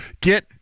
get